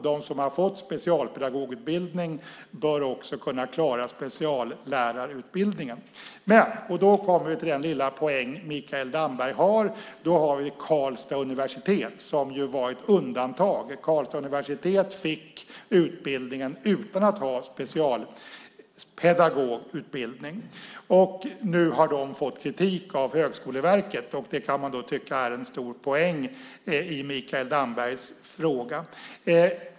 De som fått specialpedagogutbildning bör alltså även kunna klara speciallärarutbildningen. Men - och då kommer vi till den lilla poäng Mikael Damberg har - så har vi Karlstads universitet som var ett undantag. Karlstads universitet fick utbildningen utan att ha specialpedagogutbildning, och nu har de fått kritik av Högskoleverket. Det kan man tycka är en stor poäng i Mikael Dambergs fråga.